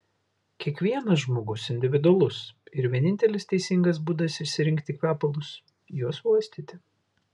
kiekvienas žmogus individualus ir vienintelis teisingas būdas išsirinkti kvepalus juos uostyti